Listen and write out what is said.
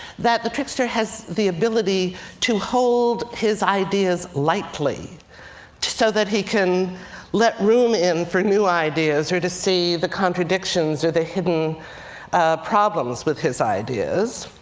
that the trickster has the ability to hold his ideas lightly so that he can let room in for new ideas or to see the contradictions or the hidden problems with his ideas.